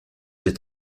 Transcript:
êtes